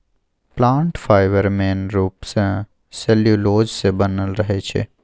plant fibre main रुप सँ cellulose सँ बनल रहै छै